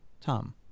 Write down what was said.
Tom